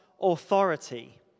authority